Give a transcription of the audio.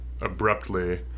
abruptly